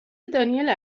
دانیل